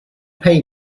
pay